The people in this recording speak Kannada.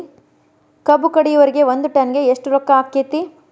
ಕಬ್ಬು ಕಡಿಯುವರಿಗೆ ಒಂದ್ ಟನ್ ಗೆ ಎಷ್ಟ್ ರೊಕ್ಕ ಆಕ್ಕೆತಿ?